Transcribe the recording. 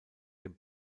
dem